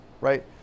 right